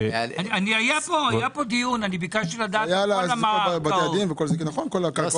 אני מדבר על שלוש משפחות שנמצאות שם, הווה